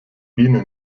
bienen